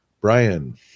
Brian